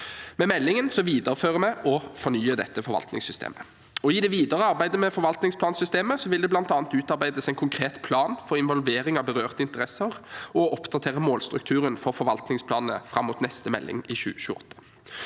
Med meldingen viderefører og fornyer vi dette forvaltningssystemet. I det videre arbeidet med forvaltningsplansystemet vil det bl.a. utarbeides en konkret plan for involvering av berørte interesser, og målstrukturen for forvaltningsplanene fram mot neste melding i 2028